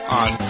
on